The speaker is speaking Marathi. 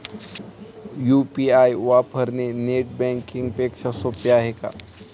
यु.पी.आय वापरणे नेट बँकिंग पेक्षा सोपे आहे का?